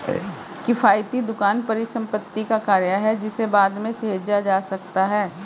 किफ़ायती दुकान परिसंपत्ति का कार्य है जिसे बाद में सहेजा जा सकता है